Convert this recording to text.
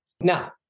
Now